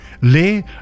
Le